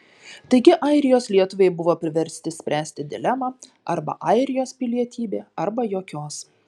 taigi airijos lietuviai buvo priversti spręsti dilemą arba airijos pilietybė arba jokios